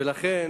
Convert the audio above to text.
ולכן